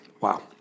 Wow